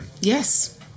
Yes